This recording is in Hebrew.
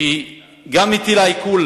שהטילה עיקול